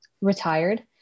retired